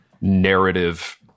narrative